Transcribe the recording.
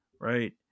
right